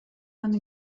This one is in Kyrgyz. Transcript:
аны